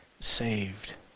saved